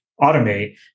automate